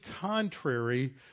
contrary